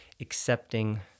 accepting